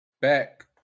back